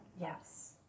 Yes